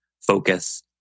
focus